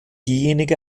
diejenige